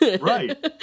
Right